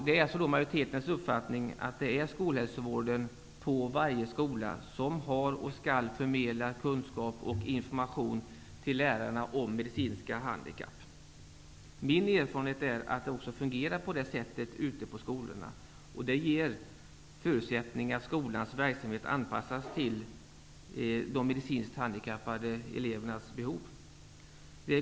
Det är majoritetens uppfattning att skolhälsovården på varje skola har, och skall förmedla, kunskap och information till lärarna om medicinska handikapp. Det är min erfarenhet att det också har fungerat på det sättet ute på skolorna. Det ger förutsättningar för att skolans verksamhet anpassas till de medicinskt handikappade elevernas behov.